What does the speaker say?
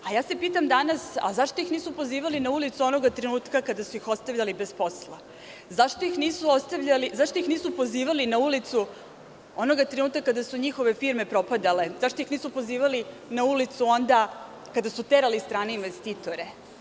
Pitam se danas zašto ih nisu pozivali na ulicu onog trenutka kada su ih ostavljali bez posla, zašto ih nisu pozivali na ulicu onog trenutka kada su njihove firme propadale, zašto ih nisu pozivali na ulicu onda kada su terali strane investitore?